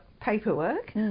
paperwork